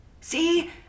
See